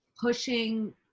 pushing